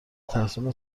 تحسین